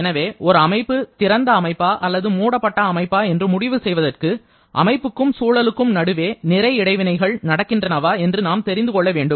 எனவே ஒரு அமைப்பு திறந்த அமைப்பா அல்லது மூடப்பட்ட அமைப்பா என்று முடிவு செய்வதற்கு அமைப்புக்கும் சூழலுக்கும் நடுவே நிறை இடைவினைகள் நடக்கின்றனவா என்று நாம் தெரிந்து கொள்ள வேண்டும்